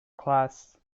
class